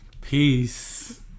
Peace